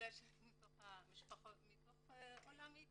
מכיוון שזה מתוך עולה מאתיופיה,